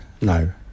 no